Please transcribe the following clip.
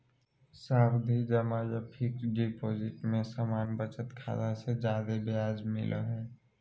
सावधि जमा या फिक्स्ड डिपाजिट में सामान्य बचत खाता से ज्यादे ब्याज दर मिलय हय